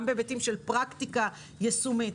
גם בהיבטים של פרקטיקה יישומית,